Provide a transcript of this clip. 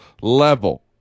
level